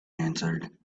answered